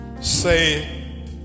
say